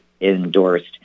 endorsed